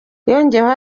yongeyeho